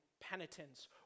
penitence